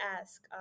ask